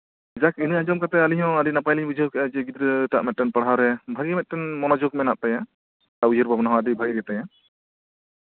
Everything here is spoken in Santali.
ᱡᱟᱠ ᱤᱱᱟᱹ ᱟᱸᱡᱚᱢ ᱠᱟᱛᱮᱫ ᱟᱞᱤᱧ ᱦᱚᱸ ᱟᱹᱰᱤ ᱱᱟᱯᱟᱭ ᱞᱤᱧ ᱵᱩᱡᱷᱟᱹᱣ ᱠᱮᱫᱟ ᱡᱮ ᱜᱤᱫᱽᱨᱟᱹ ᱴᱟᱜ ᱢᱤᱫᱴᱮᱱ ᱯᱟᱲᱦᱟᱣ ᱨᱮ ᱵᱷᱟᱹᱜᱤ ᱢᱚᱱᱳᱡᱳᱜᱽ ᱢᱮᱱᱟᱜ ᱛᱟᱭᱟ ᱟᱨ ᱩᱭᱦᱟᱹᱨ ᱵᱷᱟᱵᱱᱟ ᱦᱚᱸ ᱟᱹᱰᱤ ᱵᱷᱟᱹᱜᱤ ᱜᱮᱛᱟᱭᱟ